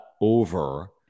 over